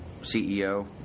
CEO